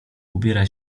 ubiera